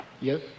Yes